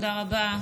תודה רבה,